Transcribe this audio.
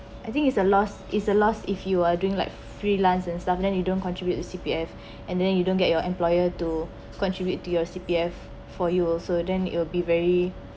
I think it's a loss is a loss if you are doing like freelance and stuff then you don't contribute C_P_F and then you don't get your employer to contribute to your C_P_F for you also then it will be very